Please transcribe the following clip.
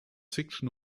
fiction